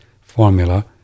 formula